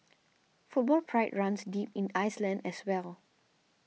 football pride runs deep in Iceland as well